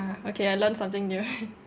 ah okay I learnt something new